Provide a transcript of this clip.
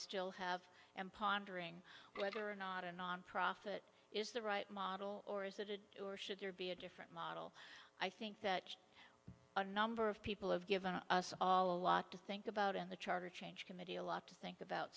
still have and pondering whether or not a nonprofit is the right model or is that it or should there be a different model i think that a number of people have given us all a lot to think about in the charter change committee a lot to think about